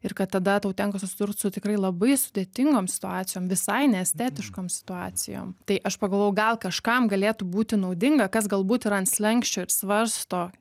ir kad tada tau tenka susidurt su tikrai labai sudėtingom situacijom visai neestetiškom situacijom tai aš pagalvojau gal kažkam galėtų būti naudinga kas galbūt yra ant slenksčio ir svarsto